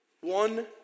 one